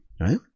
right